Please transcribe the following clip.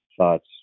thoughts